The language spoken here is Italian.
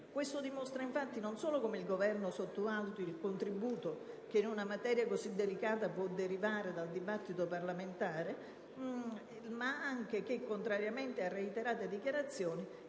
Questo dimostra non solo come il Governo sottovaluti il contributo che in una materia così delicata può derivare dal dibattito parlamentare, ma anche che, contrariamente a reiterate dichiarazioni,